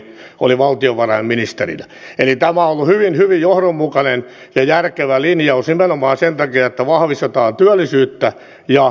eli tämä on ollut hyvin hyvin johdonmukainen ja järkevä linjaus nimenomaan sen takia että vahvistetaan työllisyyttä ja julkista taloutta